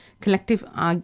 collective